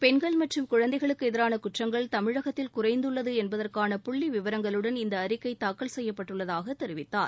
பெண்கள் மற்றும் குழந்தைகளுக்கு எதிரான குற்றங்கள் குறைந்துள்ளது என்பதற்கான புள்ளி விவரங்களுடன் இந்த தமிழகத்தில் அறிக்கை தாக்கல் செய்யப்பட்டுள்ளதாக தெரிவித்தார்